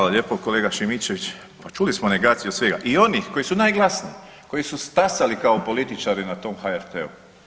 Hvala lijepa kolega Šimičević, pa čuli smo negaciju svega i onih koji su najglasniji, koji su stasali kao političari na tom HRT-u.